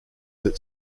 that